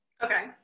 Okay